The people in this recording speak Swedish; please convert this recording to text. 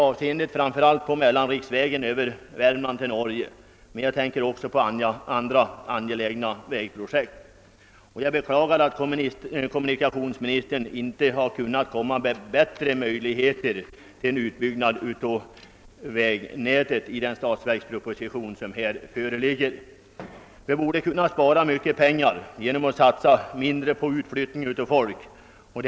Jag tänker framför allt på mellanriksvägen över Värmland till Norge men även på andra viktiga vägprojekt. Jag beklagar att kommunikationsministern inte kunnat åstadkomma bättre möjligheter för en utbyggnad av vägnätet än de som anges i den föreliggande statsverkspropositionen. Vi borde kunna spara mycket pengar genom att satsa mindre på utflyttning av folk till storstadsregionerna.